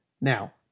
Now